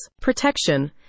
Protection